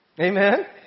Amen